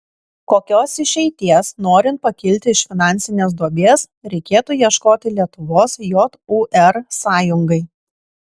kokios išeities norint pakilti iš finansinės duobės reikėtų ieškoti lietuvos jūr sąjungai